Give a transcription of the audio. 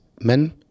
men